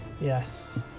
Yes